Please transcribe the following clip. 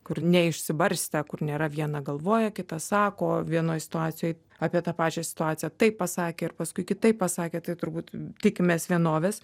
kur neišsibarstę kur nėra vieną galvoja kitą sako vienoj situacijoj apie tą pačią situaciją taip pasakė ir paskui kitaip pasakė tai turbūt tikimės vienovės